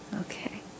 okay